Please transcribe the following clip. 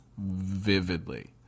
vividly